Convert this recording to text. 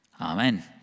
Amen